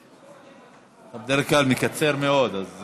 אתה בדרך כלל מקצר מאוד, אז